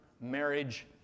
marriage